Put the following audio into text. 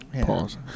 Pause